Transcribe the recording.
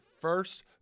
first